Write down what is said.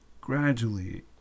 gradually